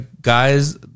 guys